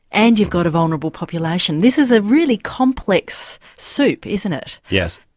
and you've got a vulnerable population this is a really complex soup isn't it? yes,